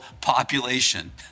population